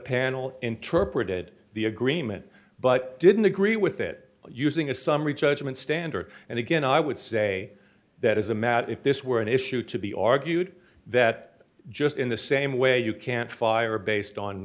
panel interpreted the agreement but didn't agree with it using a summary judgment standard and again i would say that is a matter if this were an issue to be argued that just in the same way you can't fire